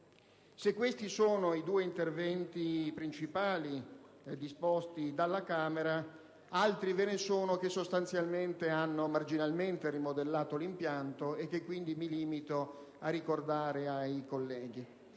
Se questi sono i due interventi principali disposti dalla Camera, altri ve ne sono che hanno marginalmente rimodellato l'impianto e che, quindi, mi limito a ricordare ai colleghi.